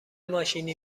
ماشینی